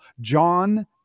john